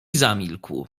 zamilkł